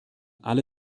alle